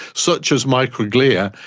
such as microglia.